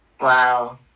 Wow